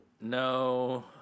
No